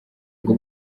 ngo